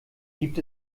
gibt